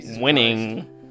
Winning